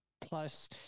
plus